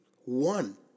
One